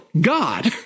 God